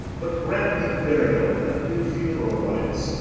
but grant me burial and due funeral rites.